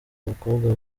abakobwa